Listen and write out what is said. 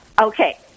Okay